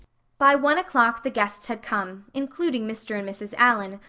by one o'clock the guests had come, including mr. and mrs. allan,